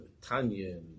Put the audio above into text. Tanya